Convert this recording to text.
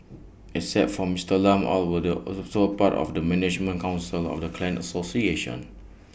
except from Mister Lam all were the also part of the management Council of the clan association